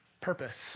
purpose